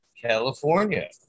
California